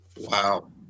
Wow